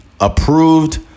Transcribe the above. approved